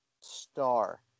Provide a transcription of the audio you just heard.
star